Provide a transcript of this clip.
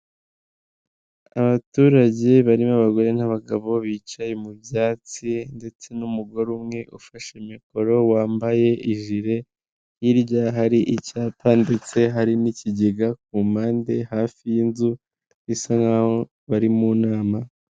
Abaturage barimo abagore n'abagabo, bicaye mu byatsi ndetse n'umugore umwe ufashe mikoro, wambaye ijire, hirya hari icyapa ndetse hari n'ikigega, ku mpande hafi y'inzu bisa nkaho bari mu nama.